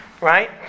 right